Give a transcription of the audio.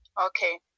okay